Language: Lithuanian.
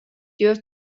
juos